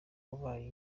wabaye